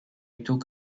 took